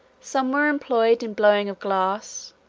some were employed in blowing of glass,